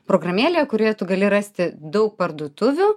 programėlė kurioje tu gali rasti daug parduotuvių